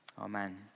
Amen